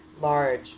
large